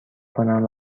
کنم